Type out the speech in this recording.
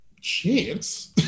chance